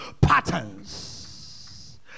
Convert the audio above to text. patterns